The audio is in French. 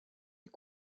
est